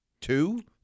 Two